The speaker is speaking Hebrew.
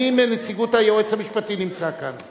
מי מנציגות היועץ המשפטי נמצא כאן?